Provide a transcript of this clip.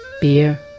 beer